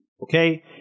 okay